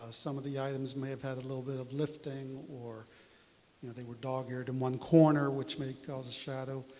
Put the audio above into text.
some of the items may have had a little bit of lifting or you know they were dog-eared in one corner which may cause a shadow.